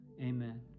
Amen